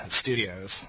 studios